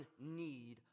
need